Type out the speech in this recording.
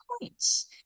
points